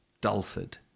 Dulford